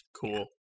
Cool